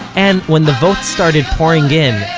and when the votes started pouring in,